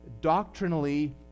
doctrinally